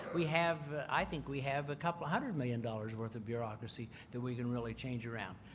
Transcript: we have i think we have a couple hundred million dollars worth of bureaucracy that we can really change around,